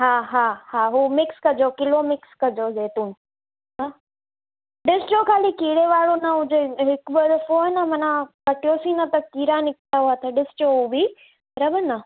हा हा हा हू मिक्स कजो किलो मिक्स कजो जैतून हा ॾिसजो ख़ाली कीड़े वारो न हुजे हिक ॿ दफ़ो आहै न मन कटियोसीं न त कीड़ा निकिता हुआ त ॾिसजो हू बि बराबरि न